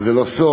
וזה לא סוד,